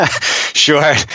Sure